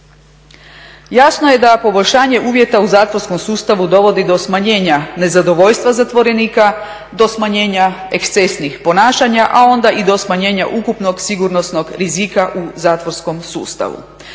Jasno je da poboljšanje uvjeta u zatvorskom sustavu dovodi do smanjenja nezadovoljstva zatvorenika, do smanjenja ekscesnih ponašanja, a onda i do smanjenja ukupnog sigurnosnog rizika u zatvorskom sustavu.